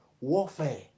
warfare